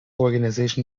organisation